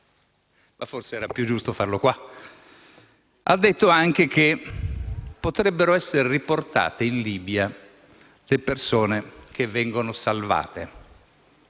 ma forse era più giusto farlo qui: lei ha detto anche che potrebbero essere riportate in Libia le persone che vengono salvate.